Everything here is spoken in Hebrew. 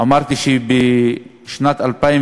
אמרתי שבשנת 2020